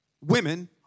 women